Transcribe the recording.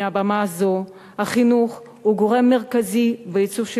מהבמה הזאת: החינוך הוא גורם מרכזי בעיצוב של